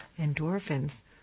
endorphins